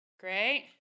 Great